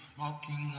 walking